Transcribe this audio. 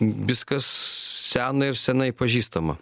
viskas sena ir senai pažįstama